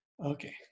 Okay